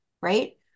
right